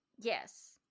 Yes